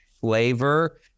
flavor